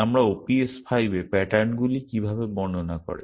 সুতরাং OPS5 এ pattern গুলি কীভাবে বর্ণনা করে